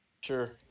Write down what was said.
Sure